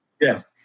Yes